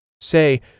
Say